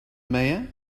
mayor